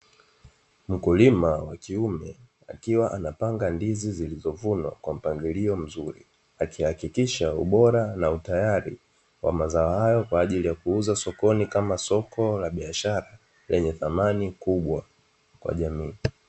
Mkulima wa kiume akiwa anapanga ndizi zilizovunwa kwa mpangilio mzuri, akihakikisha ubora na utayari wa mazao hayo kwa ajili ya kuuza sokoni, kama soko la biashara lenye thamani kubwa kwa jamii.